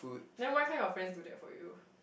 then why can't your friends do that for you